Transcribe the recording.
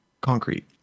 concrete